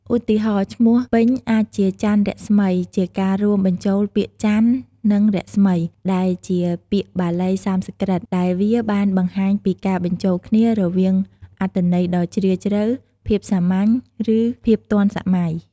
ឧទាហរណ៍ ឈ្មោះពេញអាចជា ច័ន្ទរស្មី ជាការរួមបញ្ចូលពាក្យ ច័ន្ទ និង រស្មី ដែលជាពាក្យបាលីសំស្ក្រឹត ដែលវាបានបង្ហាញពីការបញ្ចូលគ្នារវាងអត្ថន័យដ៏ជ្រាលជ្រៅ ភាពសាមញ្ញ ឬភាពទាន់សម័យ។